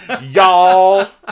y'all